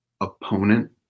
opponent